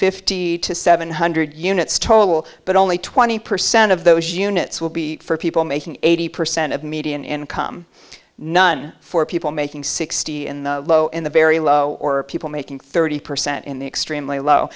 fifty to seven hundred units total but only twenty percent of those units will be for people making eighty percent of median income none for people making sixty in the low in the very low or people making thirty percent in the extremely low